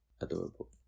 Adorable